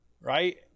Right